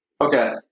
okay